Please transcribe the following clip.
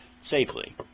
safely